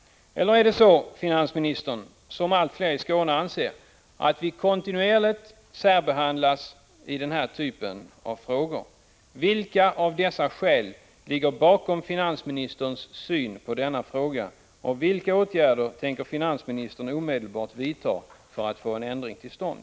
Är det så finansministern, som allt fler i Skåne anser, att vi kontinuerligt särbehandlas i denna typ av ärenden? Vilka skäl ligger bakom finansministerns syn på denna fråga, och vilka åtgärder tänker finansministern omedelbart vidta för att få en ändring till stånd?